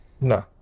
no